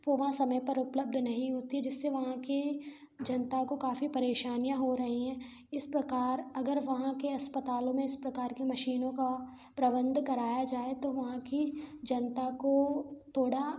वो वहाँ समय पर उपलब्ध नहीं होती जिससे वहाँ के जनता को काफी परेशानियाँ हो रही हैं इस प्रकार अगर वहाँ के अस्पतालों में इस प्रकार की मशीनों का प्रबंध कराया जाए तो वहाँ की जनता को थोड़ा